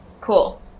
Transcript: Cool